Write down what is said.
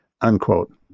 unquote